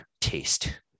taste